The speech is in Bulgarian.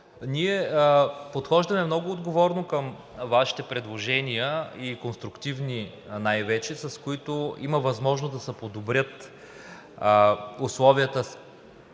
ние подхождаме много отговорно към Вашите предложения и най-вече конструктивни, с които има възможност да се подобрят условията, с